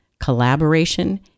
collaboration